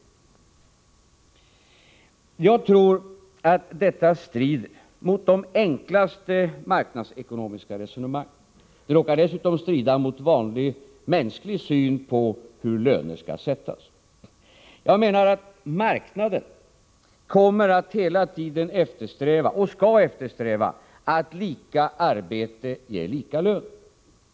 Nr 49 Jag tror att det här strider mot de enklaste marknadsekonomiska Onsdagen den resonemang. Det råkar dessutom strida mot vanlig mänsklig syn på hur löner 12 december 1984 skall sättas. Jag menar att marknaden kommer att hela tiden eftersträva — och skall eftersträva — att lika arbete ger lika lön.